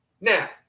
Now